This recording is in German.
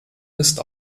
ist